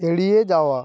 এড়িয়ে যাওয়া